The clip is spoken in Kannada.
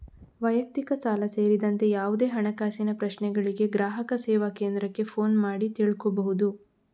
ವೈಯಕ್ತಿಕ ಸಾಲ ಸೇರಿದಂತೆ ಯಾವುದೇ ಹಣಕಾಸಿನ ಪ್ರಶ್ನೆಗಳಿಗೆ ಗ್ರಾಹಕ ಸೇವಾ ಕೇಂದ್ರಕ್ಕೆ ಫೋನು ಮಾಡಿ ತಿಳ್ಕೋಬಹುದು